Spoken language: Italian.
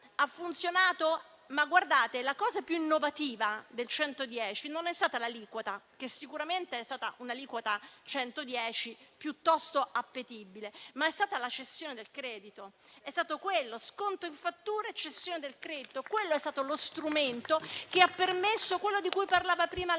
Ha funzionato, ma guardate che la cosa più innovativa del 110 per cento non è stata l'aliquota, che sicuramente è stata piuttosto appetibile, ma è stata la cessione del credito; è stato lo sconto in fattura, la cessione del credito. Quello è stato lo strumento che ha permesso ciò di cui parlava prima la